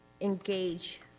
engage